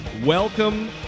Welcome